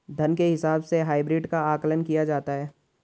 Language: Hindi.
धन के हिसाब से हाइब्रिड का आकलन किया जाता है